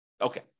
Okay